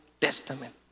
Testament